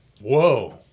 Whoa